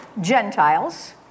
Gentiles